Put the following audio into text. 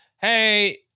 hey